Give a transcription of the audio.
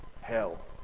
hell